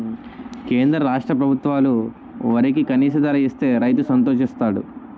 కేంద్ర రాష్ట్ర ప్రభుత్వాలు వరికి కనీస ధర ఇస్తే రైతు సంతోషిస్తాడు